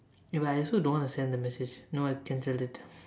eh but I also don't want to send the message know what cancel it